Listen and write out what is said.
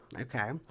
okay